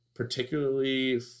particularly